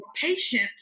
patience